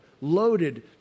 loaded